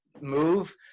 move